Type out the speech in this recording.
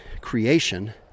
creation